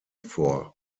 vor